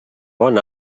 bon